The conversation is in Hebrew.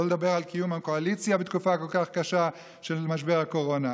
שלא לדבר על קיום הקואליציה בתקופה כל כך קשה של משבר הקורונה.